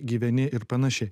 gyveni ir panašiai